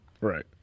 Right